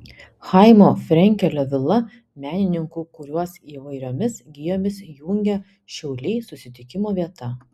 chaimo frenkelio vila menininkų kuriuos įvairiomis gijomis jungia šiauliai susitikimo vieta